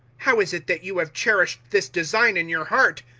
how is it that you have cherished this design in your heart?